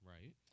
Right